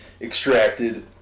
extracted